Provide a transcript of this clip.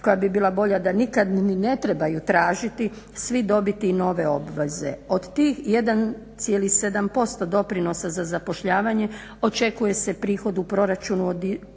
koja bi bila bolja da nikad ni ne trebaju tražiti svi dobiti i nove obveze. Od tih 1,7% doprinosa za zapošljavanje očekuje se prihod u proračunu u